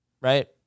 right